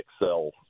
Excel